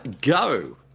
go